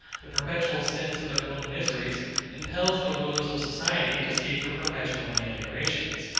the perpetual sense of their own miseries impels the rulers of society to seek for perpetual ameliorations.